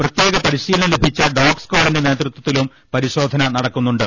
പ്രത്യേക പരി ശീലനം ലഭിച്ച ഡോഗ് സ്കാഡിന്റെ നേതൃത്വത്തിലും പരിശോ ധന നടക്കുന്നുണ്ട്